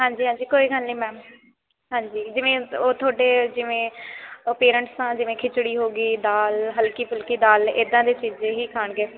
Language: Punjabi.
ਹਾਂਜੀ ਹਾਂਜੀ ਕੋਈ ਗੱਲ ਨਹੀਂ ਮੈਮ ਹਾਂਜੀ ਜਿਵੇਂ ਉਹ ਤੁਹਾਡੇ ਜਿਵੇਂ ਉਹ ਪੇਰੈਂਟਸ ਆ ਜਿਵੇਂ ਖਿਚੜੀ ਹੋ ਗਈ ਦਾਲ ਹਲਕੀ ਫੁਲਕੀ ਦਾਲ ਇੱਦਾਂ ਦੀ ਚੀਜ਼ਾਂ ਹੀ ਖਾਣਗੇ